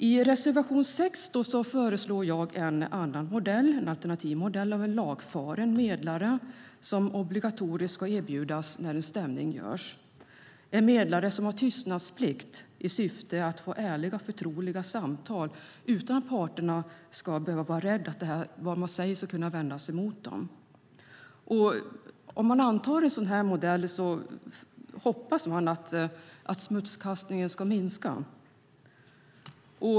I reservation 6 föreslår jag en annan modell, en alternativ modell med en lagfaren medlare som obligatoriskt ska erbjudas när en stämning lämnas in. Medlaren ska ha tystnadsplikt i syfte att kunna föra ärliga och förtroliga samtal utan att parterna behöver vara rädda för att det som sägs ska kunna vändas mot dem. Om en sådan modell antas är förhoppningen att smutskastningen ska minska.